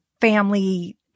family